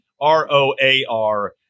R-O-A-R